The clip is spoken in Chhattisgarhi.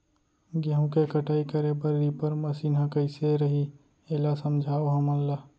गेहूँ के कटाई करे बर रीपर मशीन ह कइसे रही, एला समझाओ हमन ल?